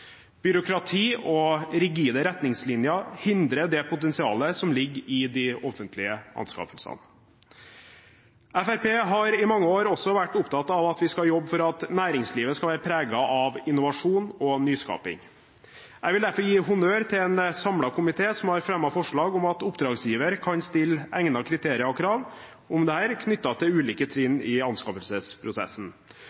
Byråkrati og rigide retningslinjer hindrer det potensialet som ligger i de offentlige anskaffelsene. Fremskrittspartiet har i mange år også vært opptatt av at vi skal jobbe for at næringslivet skal være preget av innovasjon og nyskaping. Jeg vil derfor gi honnør til en samlet komité som har fremmet forslag om at oppdragsgiver kan stille egnede kriterier og krav om dette, knyttet til ulike